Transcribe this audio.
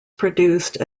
produced